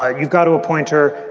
ah you've got to appoint her.